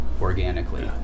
organically